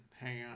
hanging